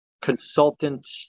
consultant